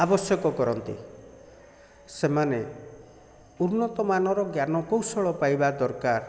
ଆବଶ୍ୟକ କରନ୍ତି ସେମାନେ ଉନ୍ନତମାନର ଜ୍ଞାନ କୌଶଳ ପାଇବା ଦରକାର